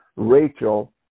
Rachel